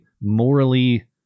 morally